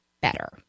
better